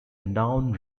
noun